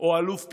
או אלוף פיקוד,